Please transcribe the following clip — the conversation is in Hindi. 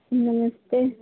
नमस्ते